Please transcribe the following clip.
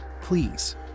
please